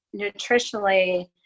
nutritionally